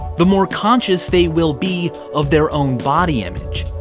the more conscious they will be of their own body image.